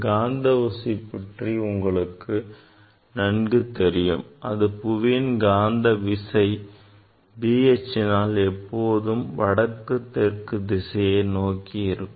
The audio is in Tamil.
காந்த ஊசி பற்றி உங்களுக்கு நன்கு தெரியும் அது புவியின் காந்த விசை B H யினால் எப்போதும் வடக்கு தெற்கு திசையை நோக்கி இருக்கும்